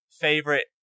favorite